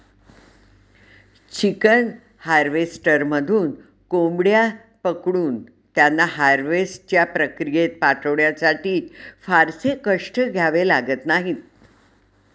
chicken हार्वेस्टरमधून कोंबड्या पकडून त्यांना हार्वेस्टच्या प्रक्रियेत पाठवण्यासाठी फारसे कष्ट घ्यावे लागत नाहीत